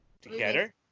Together